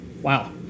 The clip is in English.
Wow